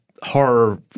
horror